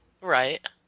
Right